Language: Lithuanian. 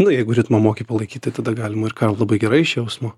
nu jeigu ritmą moki palaikyti tai tada galima ir kalt labai gerai iš jausmo